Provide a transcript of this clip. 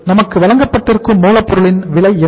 நமக்கு வழங்கப்பட்டிருக்கும் மூலப் பொருளின் விலை என்ன